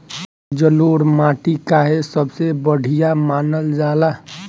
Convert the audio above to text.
जलोड़ माटी काहे सबसे बढ़िया मानल जाला?